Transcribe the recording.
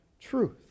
truth